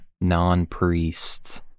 non-priests